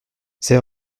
c’est